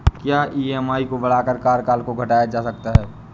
क्या ई.एम.आई को बढ़ाकर कार्यकाल को घटाया जा सकता है?